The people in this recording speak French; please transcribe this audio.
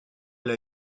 elle